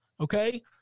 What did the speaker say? okay